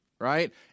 Right